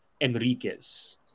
Enriquez